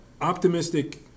optimistic